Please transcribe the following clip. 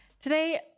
Today